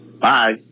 Bye